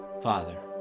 Father